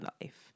life